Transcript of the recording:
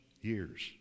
years